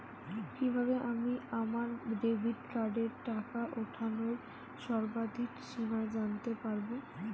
কিভাবে আমি আমার ডেবিট কার্ডের টাকা ওঠানোর সর্বাধিক সীমা জানতে পারব?